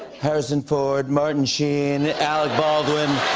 harrison ford, martin sheen, alec baldwin.